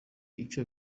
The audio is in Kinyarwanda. icyo